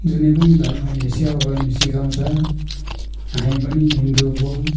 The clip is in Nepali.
जुनै पनि धर्मले सेवा गर्नु सिकाउँछ हामी पनि हिन्दू हौँ